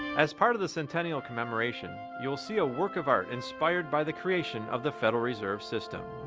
as part of the centennial commemoration, you'll see a work of art inspired by the creation of the federal reserve system.